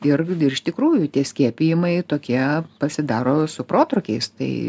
ir iš tikrųjų tie skiepijimai tokie pasidaro su protrūkiais tai